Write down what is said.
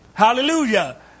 Hallelujah